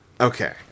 Okay